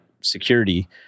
security